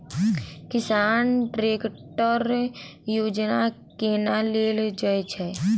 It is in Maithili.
किसान ट्रैकटर योजना केना लेल जाय छै?